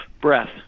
breath